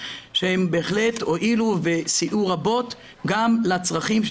שהם בהחלט הועילו וסייעו רבות גם לצרכים של